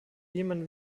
jemanden